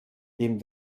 dem